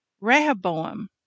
Rehoboam